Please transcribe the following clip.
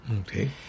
okay